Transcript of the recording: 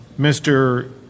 Mr